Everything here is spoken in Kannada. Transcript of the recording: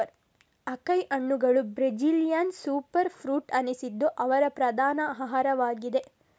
ಅಕೈ ಹಣ್ಣುಗಳು ಬ್ರೆಜಿಲಿಯನ್ ಸೂಪರ್ ಫ್ರೂಟ್ ಅನಿಸಿದ್ದು ಅವರ ಪ್ರಧಾನ ಆಹಾರವಾಗಿದೆ